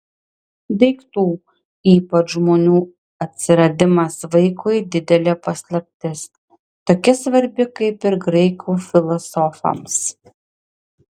daiktų ypač žmonių atsiradimas vaikui didelė paslaptis tokia svarbi kaip ir graikų filosofams